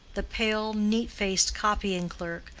the pale, neat-faced copying-clerk,